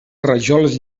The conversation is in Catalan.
rajoles